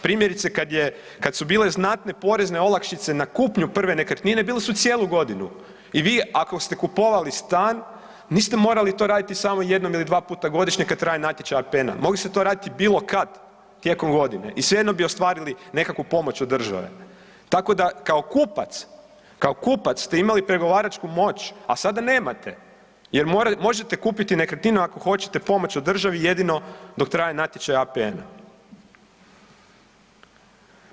Primjerice kad su bile znatne porezne olakšice na kupnju prve nekretnine bile su cijelu godinu i vi ako ste kupovali stan niste morali to raditi samo jednom ili dva puta godišnje kada traje natječaj APN-a, mogli ste to radili bilo kad tijekom godine i svejedno bi ostvarili nekakvu pomoć od države, tako da kao kupac ste imali pregovaračku moć, a sada nemate jer možete kupiti nekretninu ako hoćete pomoć od države jedino dok traje natječaj APN-a.